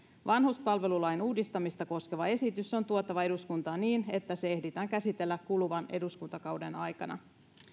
vanhuspalvelulain uudistamista koskeva esitys on tuotava eduskuntaan niin että se ehditään käsitellä kuluvan eduskuntakauden aikana